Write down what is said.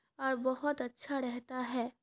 اور بہت اچھا رہتا ہے